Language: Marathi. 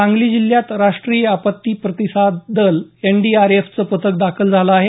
सांगली जिल्ह्यात राष्ट्रीय आपत्ती प्रतिसाद दल एन डी आर एफ चं पथक दाखल झालं आहे